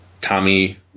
Tommy